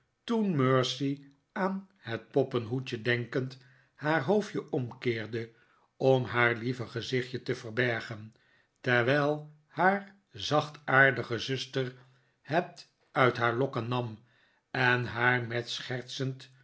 toen mercy aan het poppenhoedje denkend haar hoofdje omkeerde om haar lieve gezichtje te verbergen terwijl haar zachtaardige zuster het uit haar lokken nam en haar met schertsend